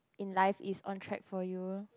in life is on track for you